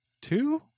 two